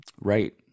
Right